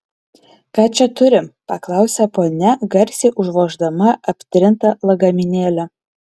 ką čia turi paklausė ponia garsiai užvoždama aptrintą lagaminėlį